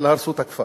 אלא הרסו את הכפר.